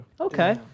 Okay